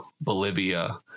Bolivia